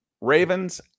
Ravens